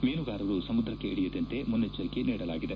ಮೀನುಗಾರರು ಸಮುದ್ರಕ್ಕೆ ಇಳಿಯದಂತೆ ಮುನ್ನೆಚ್ಚರಿಕೆ ನೀಡಲಾಗಿದೆ